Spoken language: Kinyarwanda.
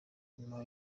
nyuma